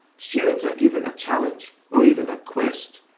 students are given a challenge, or even a quest,